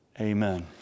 Amen